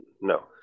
no